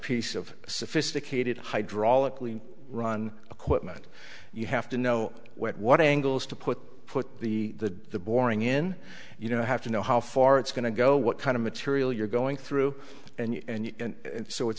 piece of sophisticated hydraulically run a quick method you have to know what angles to put put the the boring in you know have to know how far it's going to go what kind of material you're going through and so it's